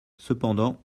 cependant